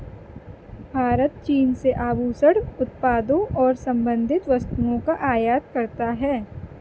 भारत चीन से आभूषण उत्पादों और संबंधित वस्तुओं का आयात करता है